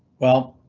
well,